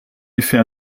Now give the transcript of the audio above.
effet